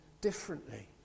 differently